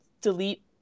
delete